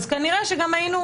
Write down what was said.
אז כנראה שגם היינו